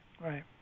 right